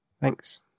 Thanks